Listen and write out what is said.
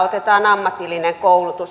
otetaan ammatillinen koulutus